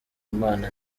imana